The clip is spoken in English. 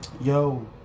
Yo